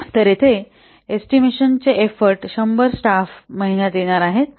तर येथे एस्टिमेशनचे एफर्ट 100 स्टाफ महिन्यात येणार आहेत